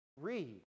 read